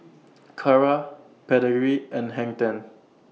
Kara Pedigree and Hang ten